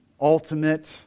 ultimate